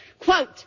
Quote